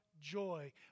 joy